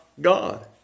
God